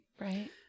Right